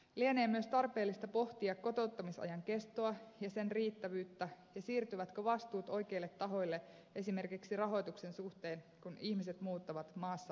lienee myös tarpeellista pohtia kotouttamisajan kestoa ja sen riittävyyttä ja sitä siirtyvätkö vastuut oikeille tahoille esimerkiksi rahoituksen suhteen kun ihmiset muuttavat maassa paikkakunnalta toiselle